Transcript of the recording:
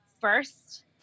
first